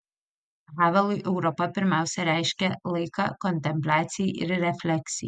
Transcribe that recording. havelui europa pirmiausia reiškia laiką kontempliacijai ir refleksijai